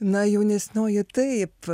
na jaunesnioji taip